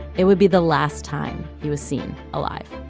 it would be the last time he was seen alive.